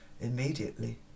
immediately